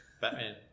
Batman